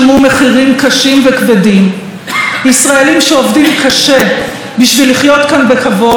ישראלים שעובדים קשה בשביל לחיות כאן בכבוד ולגדל כאן את הילדים שלהם,